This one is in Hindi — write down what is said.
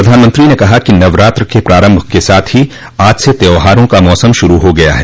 प्रधानमंत्री ने कहा कि नवरात्र के प्रारंभ के साथ ही आज से त्यौहारों का मौसम शुरू हो गया है